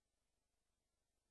תיכון.